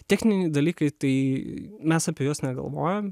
techniniai dalykai tai mes apie juos negalvojam